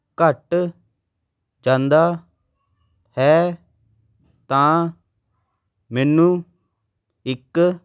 ਘੱਟ ਜਾਂਦਾ ਹੈ ਤਾਂ ਮੈਨੂੰ ਇੱਕ